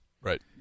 Right